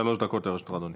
שלוש דקות לרשותך, אדוני.